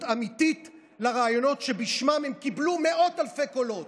אמיתית לרעיונות שבשמם הם קיבלו מאות אלפי קולות,